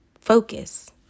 focus